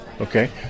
okay